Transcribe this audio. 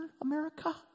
America